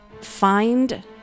find